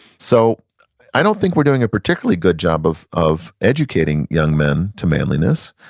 so i don't think we're doing a particularly good job of of educating young men to manliness,